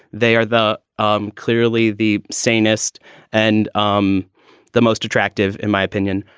they are the um clearly the sanest and um the most attractive, in my opinion.